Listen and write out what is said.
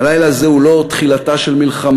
הלילה הזה הוא לא תחילתה של מלחמה,